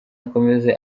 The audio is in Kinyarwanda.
akomeze